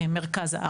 במרכז הארץ.